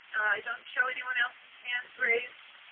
don't show anyone else's hands raised.